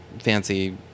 fancy